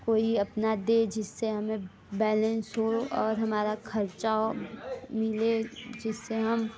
कोई अपना दे जिससे हमें बैलेंस हो और हमारा खर्चा मिले जिससे हम